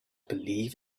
believe